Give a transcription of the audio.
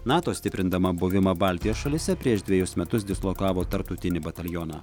nato stiprindama buvimą baltijos šalyse prieš dvejus metus dislokavo tarptautinį batalioną